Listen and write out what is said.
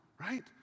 right